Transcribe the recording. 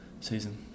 season